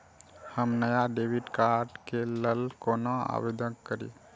हम नया debit card के लल कौना आवेदन करि?